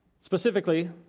Specifically